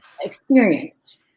experienced